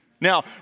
Now